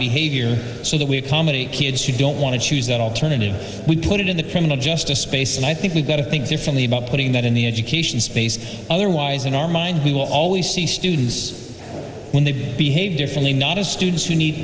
behavior so that we accommodate kids who don't want to choose that alternative we put it in the criminal justice space and i think we've got to think carefully about putting that in the education space otherwise in our mind we will always see students when they behave differently not as students who need